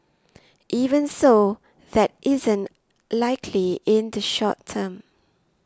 even so that isn't likely in the short term